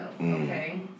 Okay